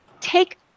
take